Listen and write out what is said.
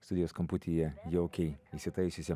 studijos kamputyje jaukiai įsitaisiusį